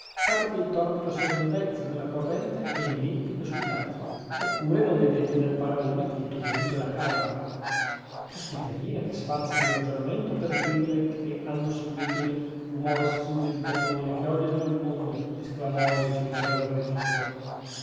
fate che il torbido sia nel mezzo della corrente e il limpido sui lati oppure non vedete nel paragone che il tumulto e la calma caspiterina che sfarzo di ragionamento per dirle che hanno seguito il rumores fuge di catone e che odiano il mondo esclamò il ricevitore del registro